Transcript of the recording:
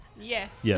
Yes